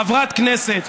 חברת כנסת,